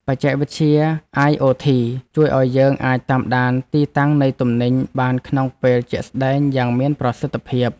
បច្ចេកវិទ្យាអាយអូធីជួយឱ្យយើងអាចតាមដានទីតាំងនៃទំនិញបានក្នុងពេលជាក់ស្តែងយ៉ាងមានប្រសិទ្ធភាព។